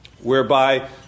whereby